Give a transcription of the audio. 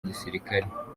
gisirikare